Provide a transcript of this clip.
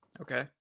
Okay